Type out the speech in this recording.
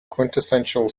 quintessential